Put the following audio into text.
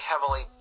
heavily